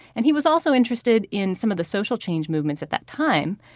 and he was also interested in some of the social change movements at that time.